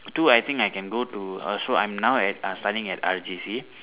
two I think I can go to uh so I'm now at uh studying at R_J_C